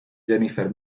jennifer